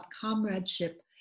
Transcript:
comradeship